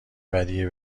ودیعه